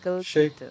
shake